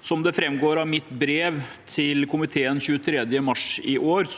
Som det framgår av mitt brev til komiteen 21. mars i år,